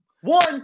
One